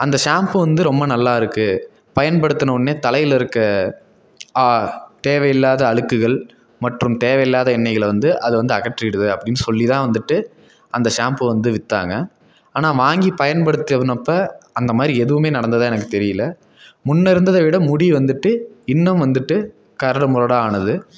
அந்த ஷாம்பு வந்து ரொம்ப நல்லாயிருக்குது பயன்படுத்துனவொன்னே தலையில் இருக்கற தேவையில்லாத அழுக்குகள் மற்றும் தேவையில்லாத எண்ணெய்களை வந்து அது வந்து அகற்றிடுது அப்படின்னு சொல்லி தான் வந்துட்டு அந்த ஷாம்பு வந்து விற்றாங்க ஆனால் வாங்கி பயன்படுத்துனப்ப அந்தமாதிரி எதுவுமே நடந்ததாக எனக்கு தெரியல முன்ன இருந்ததை விட முடி வந்துட்டு இன்னும் வந்துட்டு கரடுமுரடாக ஆனது